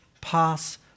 pass